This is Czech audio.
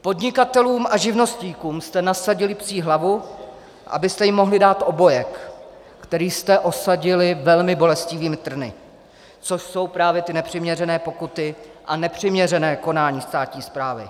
Podnikatelům a živnostníkům jste nasadili psí hlavu, abyste jim mohli dát obojek, který jste osadili velmi bolestivými trny, což jsou právě ty nepřiměřené pokuty a nepřiměřená konání státní správy.